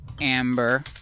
Amber